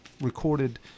recorded